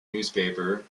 newspaper